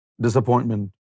disappointment